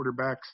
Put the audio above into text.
quarterbacks